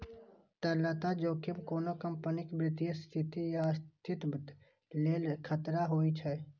तरलता जोखिम कोनो कंपनीक वित्तीय स्थिति या अस्तित्वक लेल खतरा होइ छै